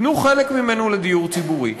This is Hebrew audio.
תנו חלק ממנו לדיור ציבורי,